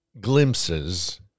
glimpses